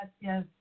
yes